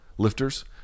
Lifters